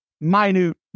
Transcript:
minute